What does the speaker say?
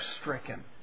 stricken